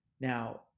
Now